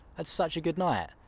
had such a good night.